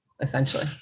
essentially